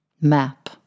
map